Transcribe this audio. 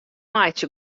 meitsje